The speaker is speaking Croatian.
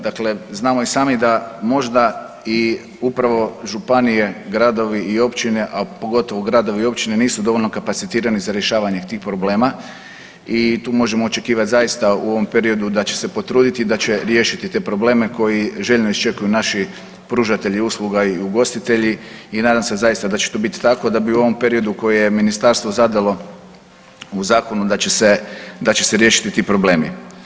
Dakle, znamo i sami da možda i upravo županije, gradovi i općine, a pogotovo gradovi i općine nisu dovoljno kapacitirani za rješavanje tih problema i tu možemo očekivat zaista u ovom periodu da će se potruditi i da će riješiti te probleme koji željno iščekuju naši pružatelji usluga i ugostitelji i nadam se zaista da će to bit tako da bi u ovom periodu koje je ministarstvo zadalo u zakonu da će se, da će se riješiti ti problemi.